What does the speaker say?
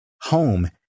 Home